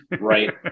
right